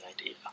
idea